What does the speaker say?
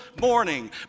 morning